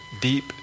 deep